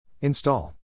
Install